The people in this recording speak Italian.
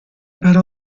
per